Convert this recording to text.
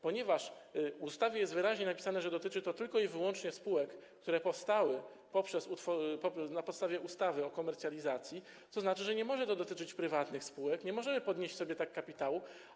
Ponieważ w ustawie jest wyraźnie napisane, że dotyczy to tylko i wyłącznie spółek, które powstały na podstawie ustawy o komercjalizacji, to znaczy, że nie może to dotyczyć prywatnych spółek, nie możemy sobie tak podnieść kapitału.